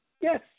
yes